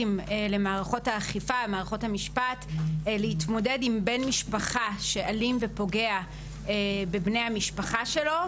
למערכות האכיפה המשפט להתמודד עם בן משפחה אלים שפוגע בבני משפחתו.